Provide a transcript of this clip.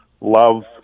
love